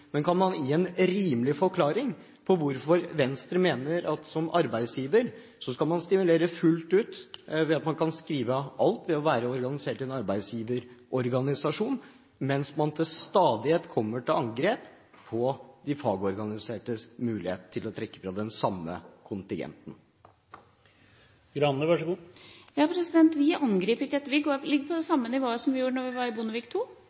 Men kan man gi en rimelig forklaring på hvorfor Venstre mener at som arbeidsgiver skal man stimuleres fullt ut ved at man kan skrive av alt ved å være organisert i en arbeidsgiverorganisasjon, mens man til stadighet kommer med angrep på de fagorganisertes mulighet til å trekke fra den samme kontingenten? Vi angriper ikke, vi ligger på det samme nivået som vi gjorde da vi var med i Bondevik II.